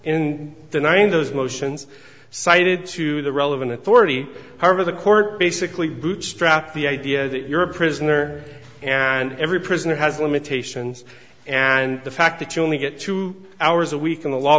in denying those motions cited to the relevant authority however the court basically bootstrapped the idea that you're a prisoner and every prisoner has limitations and the fact that you only get two hours a week in the law